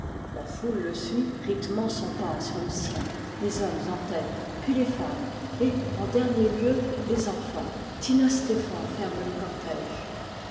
la foule le suit rythmant son pas sur le sien les hommes en tête puis les femmes et en dernier lieu les enfants tina stéphan ferme le cortège